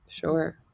Sure